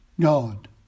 God